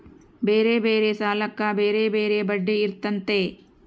ಬ್ಯಾರೆ ಬ್ಯಾರೆ ಸಾಲಕ್ಕ ಬ್ಯಾರೆ ಬ್ಯಾರೆ ಬಡ್ಡಿ ಇರ್ತತೆ